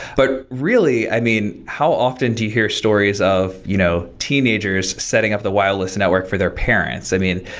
but really i mean, how often do you hear stories of you know teenagers setting up the wireless network for their parents? i mean,